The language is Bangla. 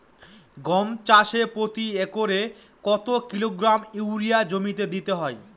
গম চাষে প্রতি একরে কত কিলোগ্রাম ইউরিয়া জমিতে দিতে হয়?